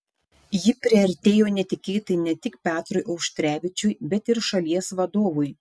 ji priartėjo netikėtai ne tik petrui auštrevičiui bet ir šalies vadovui